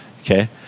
Okay